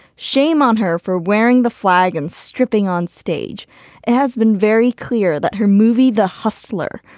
shame on her for wearing the flag and stripping on stage. it has been very clear that her movie, the hustler,